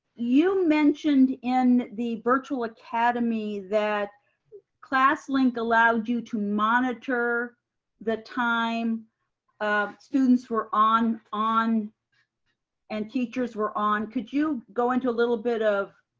you mentioned in the virtual academy that classlink allowed you to monitor the time students were on on and teachers were on. could you go into a little bit of